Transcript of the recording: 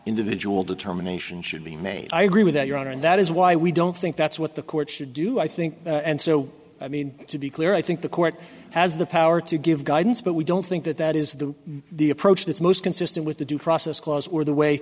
individual determination should be made i agree with that your honor and that is why we don't think that's what the court should do i think and so i mean to be clear i think the court has the power to give guidance but we don't think that that is the the approach that's most consistent with the due process clause or the way